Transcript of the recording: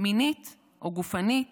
מינית או גופנית